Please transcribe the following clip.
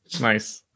Nice